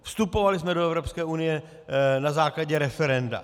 Vstupovali jsme do Evropské unie na základě referenda.